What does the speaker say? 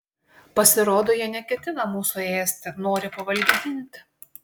pasirodo jie neketina mūsų ėsti nori pavalgydinti